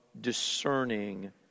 discerning